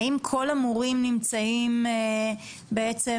האם כל המורים נמצאים בעצם